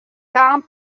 kaam